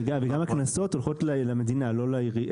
בכלל הקנסות, הולכות למדינה, לא לעירייה.